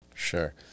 Sure